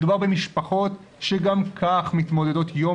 מדובר במשפחות שגם כך מתמודדות יום